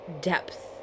depth